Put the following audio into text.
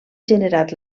generat